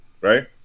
right